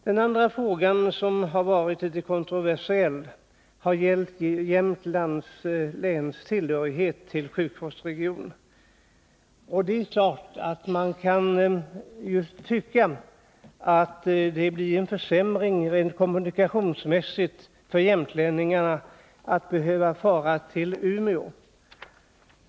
Den andra fråga som varit kontroversiell har gällt vilken sjukvårdsregion Jämtlands län skulle tillhöra. Man kan tycka att det rent kommunikationsmässigt blir en försämring för jämtlänningarna att behöva fara till Umeå.